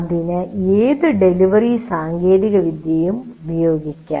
അതിന് ഏത് ഡെലിവറി സാങ്കേതികവിദ്യയും ഉപയോഗിക്കാം